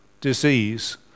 disease